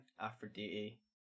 Aphrodite